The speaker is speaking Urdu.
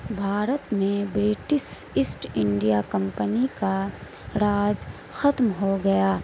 بھارت میں برٹس اسٹ انڈیا کمپنی کا راج ختم ہو گیا